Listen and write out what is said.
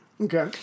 Okay